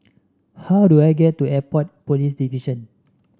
how do I get to Airport Police Division